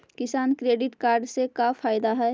किसान credit card से का फायदा है?